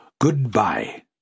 Goodbye